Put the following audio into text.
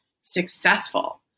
successful